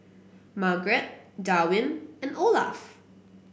Margaret Darwyn and Olaf